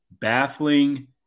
baffling